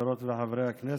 חברות וחברי הכנסת,